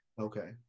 Okay